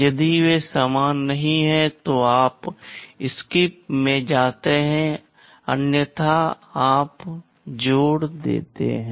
यदि वे समान नहीं हैं तो आप SKIP में जाते हैं अन्यथा आप जोड़ते हैं